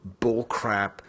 bullcrap